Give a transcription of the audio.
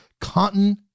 cotton